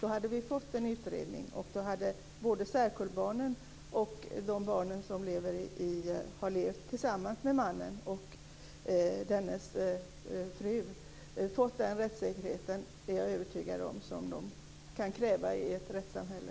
Då hade vi fått en utredning, och jag är övertygad om att både särkullbarn och barn som har levt tillsammans med mannen och dennes fru då skulle få den rättssäkerhet som de kan kräva i ett rättssamhälle.